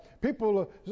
people